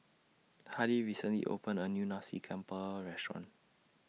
Hardie recently opened A New Nasi Campur Restaurant